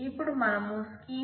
ఇప్పుడు మనం స్కీమా